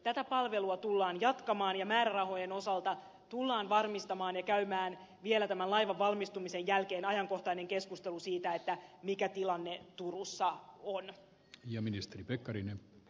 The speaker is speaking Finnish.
tätä palvelua tullaan jatkamaan ja määrärahojen osalta tullaan varmistamaan ja käymään vielä tämän laivan valmistumisen jälkeen ajankohtainen keskustelu siitä mikä tilanne turussa on